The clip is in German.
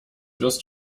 wirst